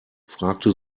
fragte